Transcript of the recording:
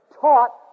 taught